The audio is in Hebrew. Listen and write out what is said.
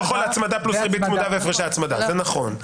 יכול "הצמדה פלוס ריבית צמודה והפרשי הצמדה" זה נכון.